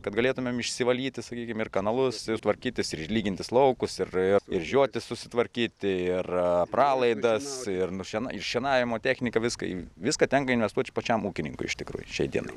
kad galėtumėm išsivalyti sakykim ir kanalus tvarkytis ir išlygintis laukus ir ir ir žiotis susitvarkyti ir pralaidas ir nušiena ir šienavimo technika viską viską tenka investuoti pačiam ūkininkui iš tikrųjų šiandienai